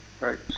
Right